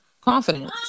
confidence